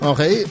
Okay